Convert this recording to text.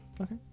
Okay